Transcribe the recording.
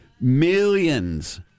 millions